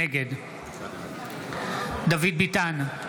נגד דוד ביטן,